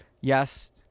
yes